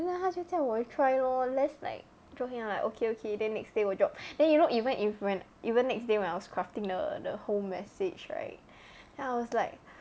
then 她就叫我 try lor just like drop him like okay okay then next day 我 drop then you know even if when even next day when I was crafting the the whole message right then I was like